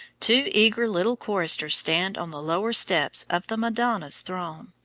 two eager little choristers stand on the lower steps of the madonna's throne,